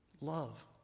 love